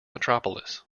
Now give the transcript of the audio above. metropolis